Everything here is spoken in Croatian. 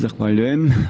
Zahvaljujem.